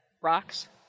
rocks